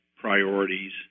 priorities